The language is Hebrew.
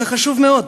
וזה חשוב מאוד.